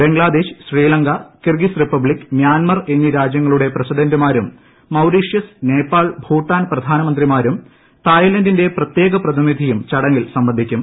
Bangladesh Sri Lanka Kyrgyz republic Myanmar എന്നീ രാജ്യങ്ങളുടെ പ്രസിഡന്റുമാരും Mauritius Nepal Bhutan പ്രധാനമന്ത്രിമാരും തായ്ലന്റിന്റെ പ്രത്യേക പ്രതിനിധിയും ചടങ്ങിൽ സംബന്ധിക്കും